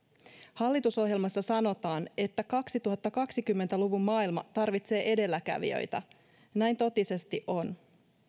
hallitusohjelmassa sanotaan että kaksituhattakaksikymmentä luvun maailma tarvitsee edelläkävijöitä näin totisesti on